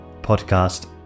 Podcast